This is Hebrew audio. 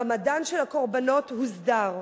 מעמד הקורבנות הוסדר.